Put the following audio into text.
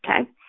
okay